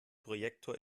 projektor